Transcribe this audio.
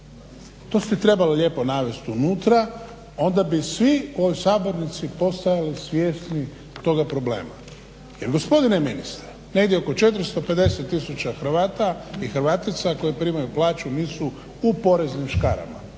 To ste trebali lijepo navesti unutra onda bi svi u ovoj sabornici postali svjesni toga problema jel gospodine ministre negdje oko 450 tisuća Hrvata i Hrvatica koji primaju plaću nisu u poreznim škarama,